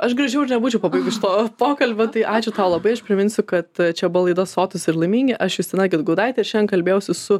aš gražiau ir nebūčiau pabaigus šito pokalbio tai ačiū tau labai aš priminsiu kad čia buvo laida sotūs ir laimingi aš justina gedgaudaitė ir šiandien kalbėjausi su